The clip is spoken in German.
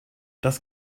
das